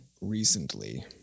recently